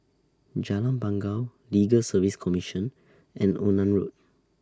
Jalan Bangau Legal Service Commission and Onan Road